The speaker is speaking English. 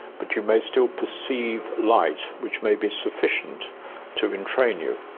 but you may still perceive light which may be sufficient to entrain you.